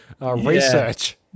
research